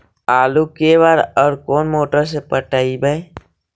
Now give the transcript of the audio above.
आलू के बार और कोन मोटर से पटइबै?